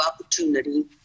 opportunity